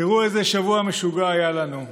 תראו איזה שבוע משוגע היה לנו.